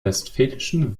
westfälischen